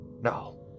No